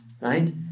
right